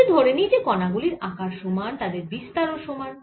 যদি ধরে নিই যে কণা গুলির আকার সমান তাদের বিস্তার ও সমান